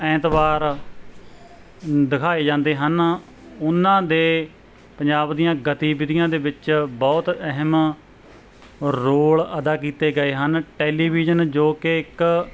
ਐਤਵਾਰ ਦਿਖਾਏ ਜਾਂਦੇ ਹਨ ਉਹਨਾਂ ਦੇ ਪੰਜਾਬ ਦੀਆਂ ਗਤੀਵਿਧੀਆ ਦੇ ਵਿੱਚ ਬਹੁਤ ਅਹਿਮ ਰੋਲ ਅਦਾ ਕੀਤੇ ਗਏ ਹਨ ਟੈਲੀਵਿਜ਼ਨ ਜੋ ਕਿ ਇੱਕ